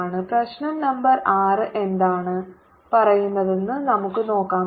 dS01r4dr 11θdcos θ02πϕdϕ15 111 X2dX02π1 2dϕ1543×π4π15 പ്രശ്നം number 6 എന്താണ് പറയുന്നതെന്ന് നമുക്ക് നോക്കാം